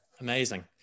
amazing